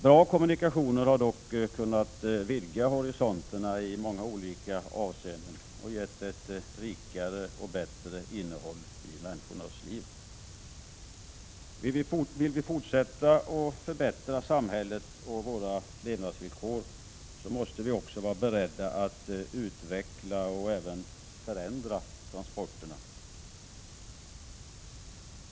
Bra kommunikationer har dock kunnat vidga horisonterna i många olika avseenden och gett ett bättre och rikare innehåll i människornas liv. Vill vi fortsätta att förbättra samhället och våra levnadsvillkor, måste vi också vara beredda att utveckla och även förändra transporterna.